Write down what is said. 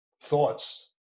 thoughts